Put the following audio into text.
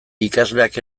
ikasleak